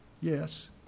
yes